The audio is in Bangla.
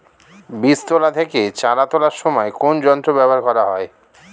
বীজ তোলা থেকে চারা তোলার সময় কোন যন্ত্র ব্যবহার করা হয়?